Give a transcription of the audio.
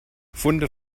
funde